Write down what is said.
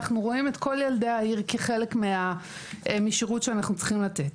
אנחנו רואים את כל ילדי העיר כחלק מהשירות שאנחנו צריכים לתת.